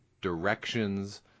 directions